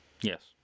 Yes